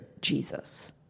Jesus